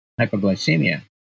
hypoglycemia